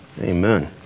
Amen